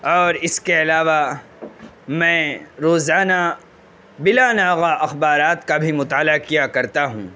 اور اس کے علاوہ میں روزانہ بلا ناغہ اخبارات کا بھی مطالعہ کیا کرتا ہوں